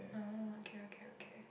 ah okay okay okay